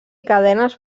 cadenes